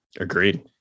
agreed